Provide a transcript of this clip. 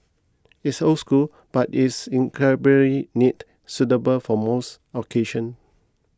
it's old school but it's incredibly neat suitable for most occasion